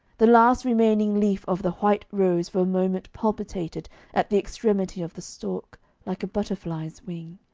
the last remaining leaf of the white rose for a moment palpitated at the extremity of the stalk like a butterfly's wing,